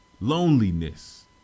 loneliness